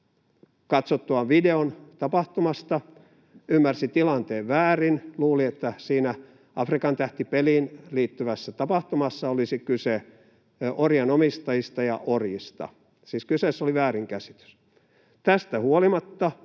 katsottuaan videon tapahtumasta ymmärsi tilanteen väärin, luuli, että siinä Afrikan tähti ‑peliin liittyvässä tapahtumassa olisi kyse orjan omistajista ja orjista. Siis kyseessä oli väärinkäsitys.